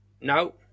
no